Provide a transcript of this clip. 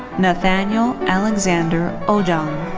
nathaniel alexander ojong.